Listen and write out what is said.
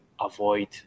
avoid